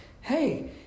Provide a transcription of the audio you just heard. Hey